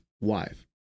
wife